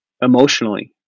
emotionally